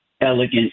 elegant